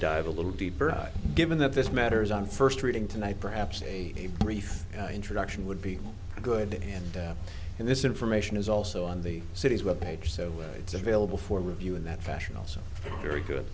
dive a little deeper i given that this matters on first reading tonight perhaps a brief introduction would be good and in this information is also on the city's web page so it's available for review in that fashion also very good